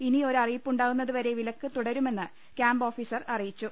ഇനി ഒരറി യിപ്പുണ്ടാകുന്നതുവരെ വിലക്ക് തുടരുമെന്ന് ക്യാമ്പ് ഓഫീസർ അറിയിച്ചു